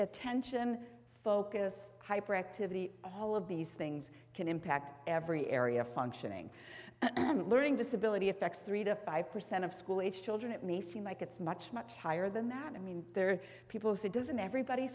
attention focus hyperactivity the whole of these things can impact every area functioning learning disability affects three to five percent of school age children it may seem like it's much much higher than that i mean there are people say doesn't everybody